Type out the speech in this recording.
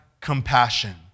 compassion